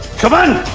come on!